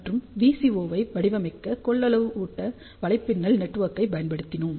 மற்றும் VCO ஐ வடிவமைக்க கொள்ளளவு ஊட்ட வலைப்பின்னல் நெட்வொர்க்கைப் பயன்படுத்தினோம்